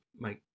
make